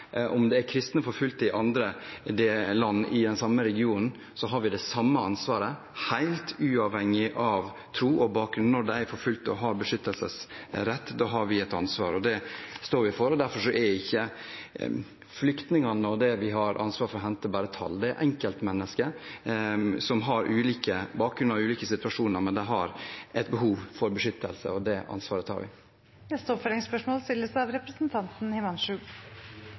Om det er kristne forfulgte i andre land i den samme regionen, har vi det samme ansvaret, helt uavhengig av tro og bakgrunn. Når de er forfulgt og har beskyttelsesrett, har vi et ansvar, og det står vi for. Derfor er ikke flyktningene vi har ansvar for å hente, bare tall. Det er enkeltmennesker som har ulik bakgrunn og er i ulike situasjoner, men de har et behov for beskyttelse, og det ansvaret tar vi. Himanshu Gulati – til oppfølgingsspørsmål. Gårsdagens budsjettenighet mellom Fremskrittspartiet og regjeringen innebærer ikke bare en prioritering av